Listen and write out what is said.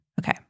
Okay